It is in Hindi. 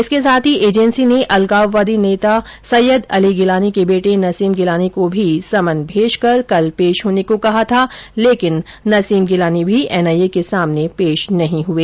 इसके साथ ही एजेंसी ने अलगाववादी नेता सैय्यद अली गिलानी के बेटे नसीम गिलानी को भी सम्मन भेजकर कल पेश होने को कहा था लेकिन नसीम गिलानी भी एनआईए के सामने पेश नहीं हुए